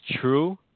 true